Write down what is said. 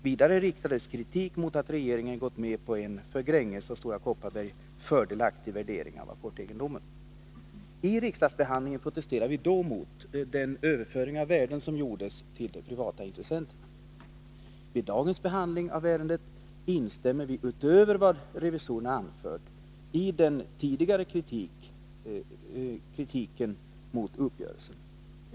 Vidare riktades kritik det av SSAB mot att regeringen gått med på en för Gränges och Stora Kopparberg fördelaktig värdering av apportegendomen. I riksdagsbehandlingen protesterade vi då mot den överföring av värden som gjordes till de privata intressenterna. Vid dagens behandling av ärendet instämmer vi utöver vad revisorerna anfört i den tidigare kritiken mot uppgörelsen.